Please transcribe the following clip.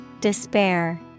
Despair